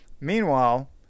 Meanwhile